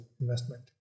investment